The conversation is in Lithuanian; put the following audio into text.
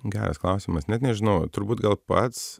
geras klausimas net nežinau turbūt gal pats